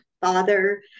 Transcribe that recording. father